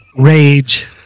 rage